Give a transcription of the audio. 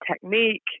technique